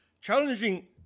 challenging